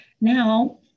now